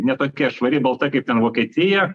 ne tokia švari balta kaip ten vokietija